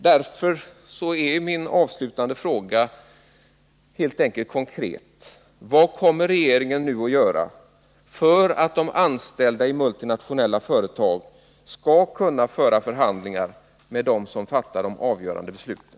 Därför måste jag åter ställa den konkreta frågan: Vad kommer regeringen att göra för att de anställda i multinationella företag skall kunna föra förhandlingar med dem som fattar de avgörande besluten?